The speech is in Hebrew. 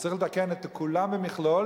שצריך לתקן את כולו במכלול,